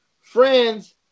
friends